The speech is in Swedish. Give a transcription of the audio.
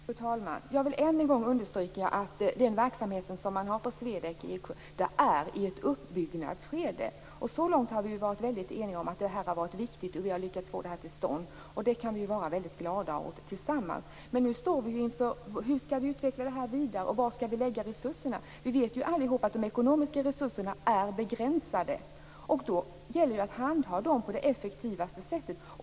Fru talman! Jag vill än en gång understryka att verksamheten på SWEDEC i Eksjö befinner sig i ett uppbyggnadsskede. Hittills har vi varit eniga om att det har varit viktigt. Vi har lyckats få detta till stånd. Det kan vi vara väldigt glada åt tillsammans. Men nu står vi inför frågan om hur vi skall utveckla detta vidare. Var skall vi lägga resurserna? Vi vet ju allihop att de ekonomiska resurserna är begränsade. Det gäller att handha dem på det effektivaste sättet.